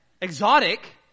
Exotic